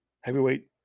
Heavyweight